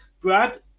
brad